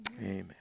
Amen